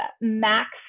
max